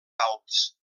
alps